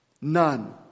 None